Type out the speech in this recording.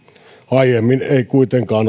aiemmin ei kuitenkaan